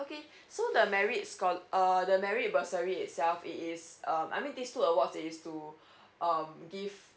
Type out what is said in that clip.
okay so the merit scho~ err the merit bursary itself it is um I mean these two awards it is to um give